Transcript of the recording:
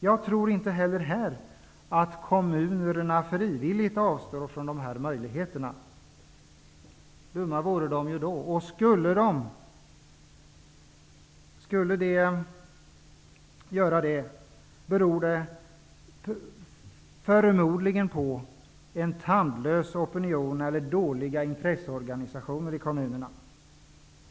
Jag tror inte heller här att kommunerna frivilligt avstår från dessa möjligheter. Dumma vore de annars. Om de skulle avstå, skulle det förmodligen bero på en tandlös opinion eller dåliga intresseorganisationer i kommunerna.